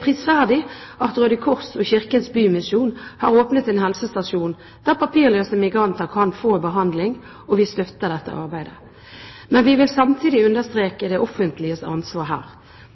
prisverdig at Røde Kors og Kirkens Bymisjon har åpnet en helsestasjon der papirløse migranter kan få behandling, og vi støtter dette arbeidet. Men vi vil samtidig understreke det offentliges ansvar her.